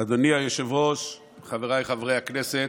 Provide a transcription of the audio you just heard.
אדוני היושב-ראש, חבריי חברי הכנסת,